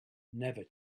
never